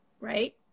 right